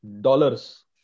dollars